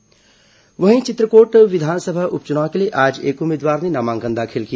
चित्रकोट उप चुनाव वहीं चित्रकोट विधानसभा उप चुनाव के लिए आज एक उम्मीदवार ने नामांकन दाखिल किया